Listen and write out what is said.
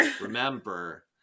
Remember